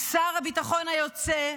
שר הביטחון היוצא,